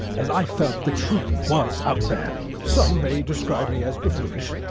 as i felt the truth was out there. some may describe me as buffoonish,